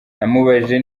namubajije